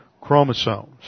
chromosomes